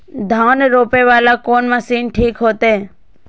धान रोपे वाला कोन मशीन ठीक होते?